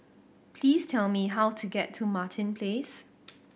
please tell me how to get to Martin Place